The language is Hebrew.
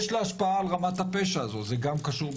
יש לה השפעה על רמת הפשע הזו זה גם קשור בחינוך,